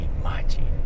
Imagine